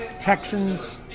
Texans